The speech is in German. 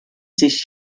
sich